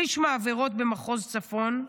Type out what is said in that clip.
שליש מהעבירות במחוז צפון,